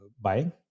buying